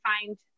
find